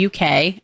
UK